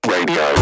Radio